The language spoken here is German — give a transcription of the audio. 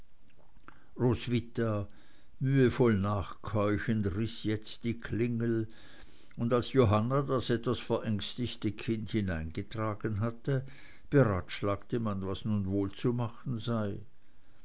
mühevoll nachkeuchend riß jetzt die klingel und als johanna das etwas verängstigte kind hereingetragen hatte beratschlagte man was nun wohl zu machen sei